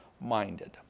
minded